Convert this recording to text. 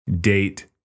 date